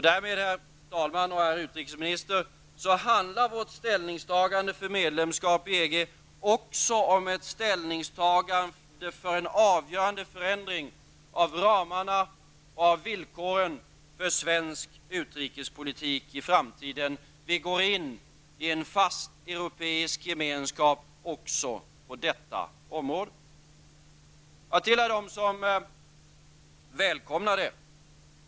Därmed, herr talman och herr utrikesminister, handlar vårt ställningstagande för medlemskap i EG också om ett ställningstagande för en avgörande förändring av ramarna och villkoren för svensk utrikespolitik i framtiden. Vi går in i en fast europeisk gemenskap också på detta område. Jag tillhör dem som välkomnar detta.